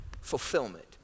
fulfillment